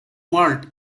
malt